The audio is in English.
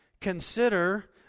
consider